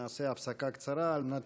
נעשה הפסקה קצרה על מנת